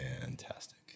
fantastic